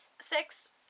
Six